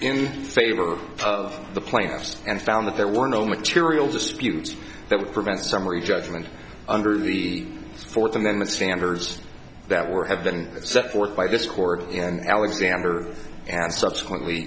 in favor of the plaintiffs and found that there were no material disputes that would prevent summary judgment under the fourth amendment standards that were have been set forth by this court in alexander and subsequently